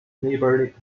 neighbouring